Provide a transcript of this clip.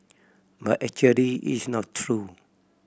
but actually it's not true